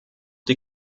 die